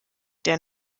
der